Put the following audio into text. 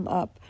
up